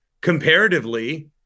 comparatively